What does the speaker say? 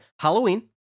Halloween